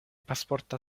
pasporta